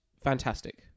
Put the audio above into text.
fantastic